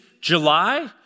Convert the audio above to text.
July